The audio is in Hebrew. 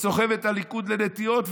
סוחב את הליכוד לנטיעות,